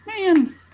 man